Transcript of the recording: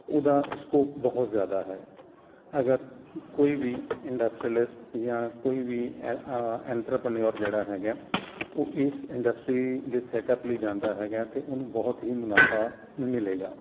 ਉਹਦਾ ਸਕੋਪ ਬਹੁਤ ਜ਼ਿਆਦਾ ਹੈ ਅਗਰ ਕੋਈ ਵੀ ਇੰਡਸਟਰੀਲਿਸਟ ਜਾਂ ਕੋਈ ਵੀ ਐਟਰਾਪਨਿਓਰ ਜਿਹੜਾ ਹੈਗਾ ਆ ਉਹ ਇਸ ਇੰਡਸਟਰੀ ਦੇ ਸੈਟਅਪ ਲਈ ਜਾਂਦਾ ਹੈਗਾ ਤਾਂ ਉਹਨੂੰ ਬਹੁਤ ਹੀ ਮੁਨਾਫਾ ਮਿਲੇਗਾ